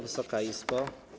Wysoka Izbo!